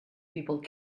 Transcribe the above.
people